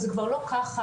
זה כבר לא ככה,